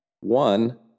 One